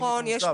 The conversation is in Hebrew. האם יש לנו צו?